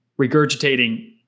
regurgitating